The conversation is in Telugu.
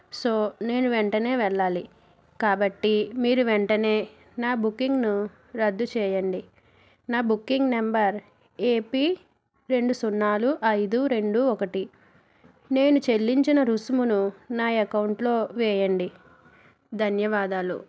సో నేను వెంటనే వెళ్ళాలి కాబట్టి మీరు వెంటనే నా బుకింగ్ను రద్దు చేయండి నా బుకింగ్ నెంబర్ ఏపీ రెండు సున్నాలు ఐదు రెండు ఒకటి నేను చెల్లించిన రుసుమును నా యకౌంట్లో వేయండి ధన్యవాదాలు